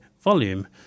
volume